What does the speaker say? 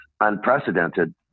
unprecedented